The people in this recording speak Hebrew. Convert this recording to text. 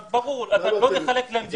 לא נחלק להם דירות.